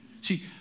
see